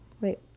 Wait